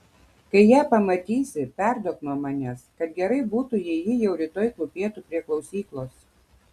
kai ją pamatysi perduok nuo manęs kad gerai būtų jei ji jau rytoj klūpėtų prie klausyklos